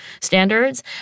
standards